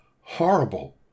Horrible